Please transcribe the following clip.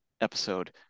episode